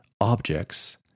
objects